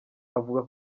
avuga